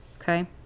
Okay